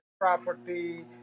property